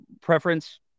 preference